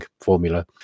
formula